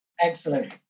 Excellent